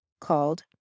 called